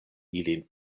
ilin